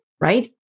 right